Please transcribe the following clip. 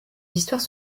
histoires